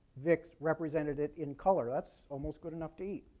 vick's represented it in color. that's almost good enough to eat.